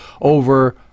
over